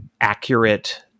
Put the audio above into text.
accurate